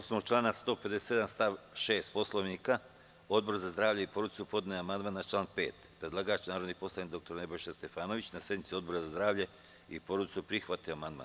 Na osnovu člana 157. stav 6. Poslovnika, Odbor za zdravlje i porodicu podneo je amandman na član 5. Predlagač, narodni poslanik dr Nebojša Stefanović, na sednici Odbora za zdravlje i porodicu prihvatio je amandman.